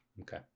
okay